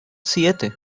siete